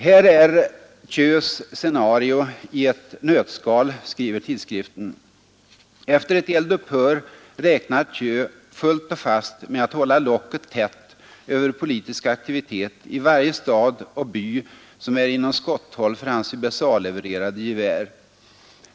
”Här är Thieus scenario i ett nötskal”, skriver tidskriften. ”Efter ett eld upphör räknar Thieu fullt och fast med att hålla locket tätt över politisk aktivitet i varje stad och by som är inom skotthåll för hans USA-levererade gevär.